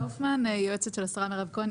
אני יועצת של השרה מירב כהן.